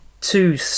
two